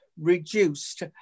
reduced